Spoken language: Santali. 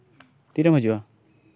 ᱛᱤᱨᱮᱢ ᱦᱤᱡᱩᱜᱼᱟ